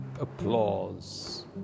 applause